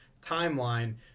timeline